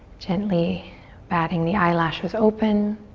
gently batting the eyelashes open.